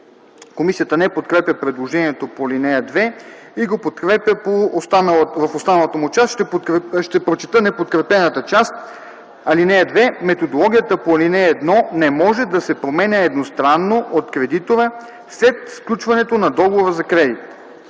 Комисията не подкрепя предложението по ал. 2 и го подкрепя в останалата му част. Ще прочета неподкрепената част: „(2) Методологията по ал. 1 не може да се променя едностранно от кредитора след сключването на договора за кредит.”